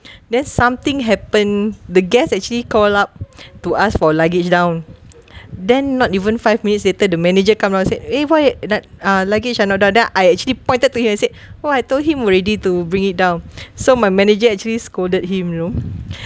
then something happened the guest actually called up to ask for luggage down then not even five minutes later the manager come around say eh why not uh luggage are not down there I actually pointed to him and said !wah! I told him already to bring it down so my manager actually scolded him you know